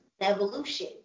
evolution